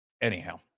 anyhow